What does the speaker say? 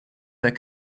their